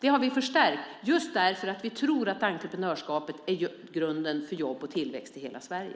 Det har vi förstärkt just därför att vi tror att entreprenörskapet är grunden för jobb och tillväxt i hela Sverige.